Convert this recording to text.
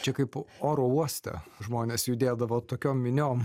čia kaip oro uostą žmonės judėdavo tokiom miniom